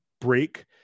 break